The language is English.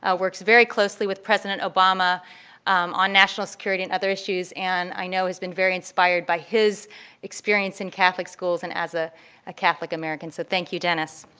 ah works very closely with president obama on national security and other issues. and i know has been very inspired by his experience in catholic schools and as a ah catholic american. so thank you, denis.